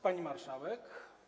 Pani Marszałek!